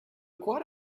quite